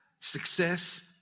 success